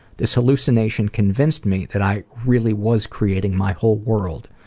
this hallucination convinced me that i really was creating my whole world.